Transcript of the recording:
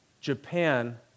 Japan